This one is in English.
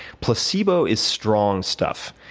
placebo is strong stuff.